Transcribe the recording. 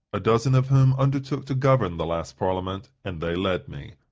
a dozen of whom undertook to govern the last parliament, and they led me.